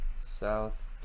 South